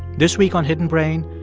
this week on hidden brain,